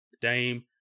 Dame